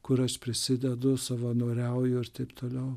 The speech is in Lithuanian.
kur aš prisidedu savanoriauju ir taip toliau